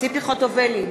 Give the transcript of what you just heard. ציפי חוטובלי,